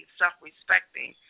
self-respecting